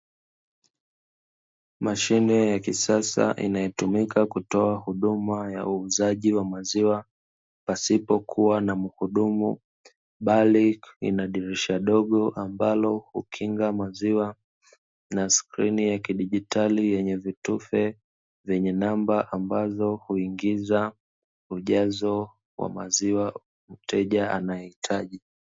Mashine ya kisasa inayotumika kutoa huduma ya uuzaji wa maziwa pasipokua na muhudumu, bali ina dirisha dogo ambalo hukinga maziwa na skrini ya kidigitali yenye vitufe vyenye namba ambavyo huingiza ujazo wa maziwa mteja anayohitaji.